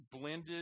blended